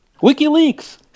WikiLeaks